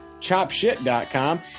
chopshit.com